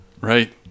Right